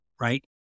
right